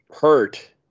hurt